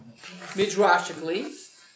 Midrashically